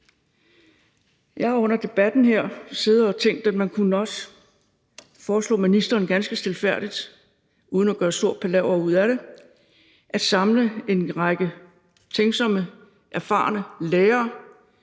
Jeg har under debatten her siddet og tænkt, at man også kunne foreslå ministeren ganske stilfærdigt og uden at gøre stor palaver ud af det at samle en række tænksomme, erfarne lærere